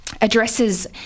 addresses